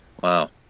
Wow